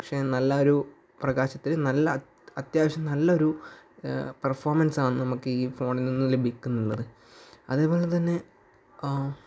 പക്ഷേ നല്ലൊരു പ്രകാശത്തിന് നല്ല അത്യാവശ്യം നല്ലൊരു പെർഫോമൻസാണ് നമുക്ക് ഈ ഫോണിൽ നിന്നും ലഭിക്കുന്നത് അതേപോലെ തന്നെ